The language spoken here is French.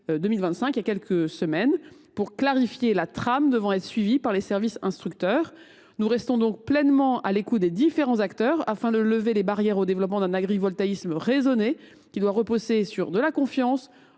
en février 2025 pour clarifier la trame devant être suivie par les services instructeurs. Nous restons donc pleinement à l’écoute des différents acteurs afin de lever les barrières au développement d’un agrivoltaïsme raisonné, qui doit reposer sur de la confiance